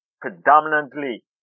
predominantly